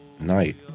night